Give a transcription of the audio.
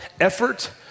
effort